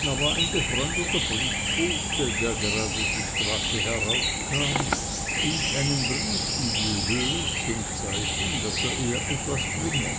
aber ein befreundeter briefbote der gerade die straße heraufkam hielt einen brief in die höh zum zeichen daß er ihr etwas bringe